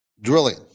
drilling